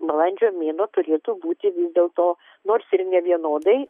balandžio mėnuo turėtų būti vis dėlto nors ir nevienodai